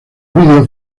vídeo